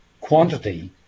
quantity